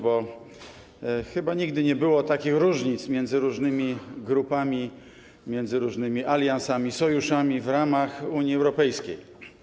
Bo chyba nigdy nie było takich różnic między różnymi grupami, między różnymi aliansami, sojuszami w ramach Unii Europejskiej.